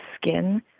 skin